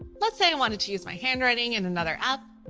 let's say i wanted to use my handwriting in another app.